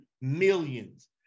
Millions